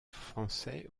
français